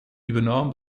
übernahm